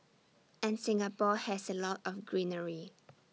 and Singapore has A lot of greenery